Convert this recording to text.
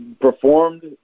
performed